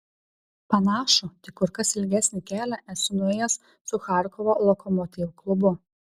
panašų tik kur kas ilgesnį kelią esu nuėjęs su charkovo lokomotiv klubu